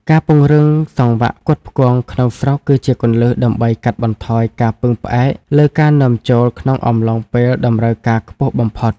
ការពង្រឹងសង្វាក់ផ្គត់ផ្គង់ក្នុងស្រុកគឺជាគន្លឹះដើម្បីកាត់បន្ថយការពឹងផ្អែកលើការនាំចូលក្នុងអំឡុងពេលតម្រូវការខ្ពស់បំផុត។